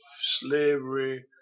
slavery